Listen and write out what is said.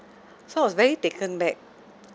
so I was very taken back